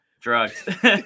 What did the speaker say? Drugs